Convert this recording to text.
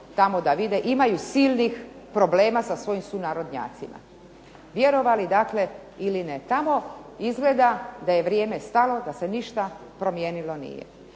imaju silnih problema sa svojim sunarodnjacima, vjerovali dakle ili ne. Tamo izgleda da je vrijeme stalo, da se ništa promijenilo nije.